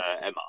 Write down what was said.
Emma